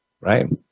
right